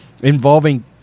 involving